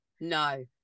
No